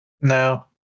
No